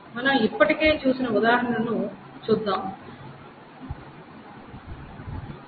మనం ఇప్పటికే చూసిన ఉదాహరణ ను చూద్దాం దాన్ని తిరిగి పొందటానికి